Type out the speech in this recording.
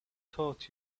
taught